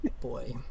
Boy